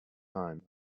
time